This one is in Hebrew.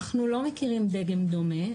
אנחנו לא מכירים דגם דומה,